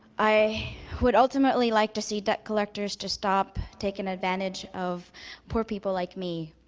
i would ultimately like to see debt collectors to stop taking advantage of poor people like me.